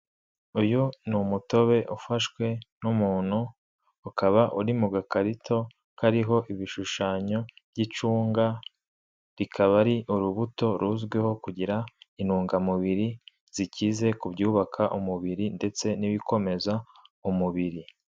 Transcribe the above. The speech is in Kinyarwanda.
Uyu ni umutobe ufashwe n'umuntu, ukaba uri mu gakarito kariho ibishushanyo by'icunga, rikaba ari urubuto ruzwiho kugira intungamubiri zikize ku byubaka umubiri ndetse n'ibikomeza umubiri.